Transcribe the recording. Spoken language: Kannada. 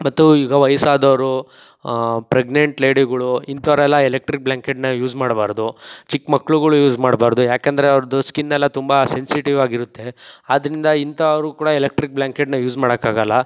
ಮತ್ತು ಈಗ ವಯಸ್ಸಾದವರು ಪ್ರೆಗ್ನೆಂಟ್ ಲೇಡಿಗಳು ಇಂಥವ್ರೆಲ್ಲ ಎಲೆಕ್ಟ್ರಿಕ್ ಬ್ಲ್ಯಾಂಕೆಟ್ನ ಯೂಸ್ ಮಾಡಬಾರ್ದು ಚಿಕ್ಮಕ್ಳುಗಳು ಯೂಸ್ ಮಾಡಬಾರ್ದು ಏಕೆಂದ್ರೆ ಅವ್ರದ್ದು ಸ್ಕಿನ್ ಎಲ್ಲ ತುಂಬ ಸೆನ್ಸಿಟಿವ್ ಆಗಿರುತ್ತೆ ಆದ್ರಿಂದ ಇಂಥವ್ರು ಕೂಡ ಎಲೆಕ್ಟ್ರಿಕ್ ಬ್ಲ್ಯಾಂಕೆಟ್ನ ಯೂಸ್ ಮಾಡೋಕ್ಕಾಗೊಲ್ಲ